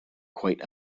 quite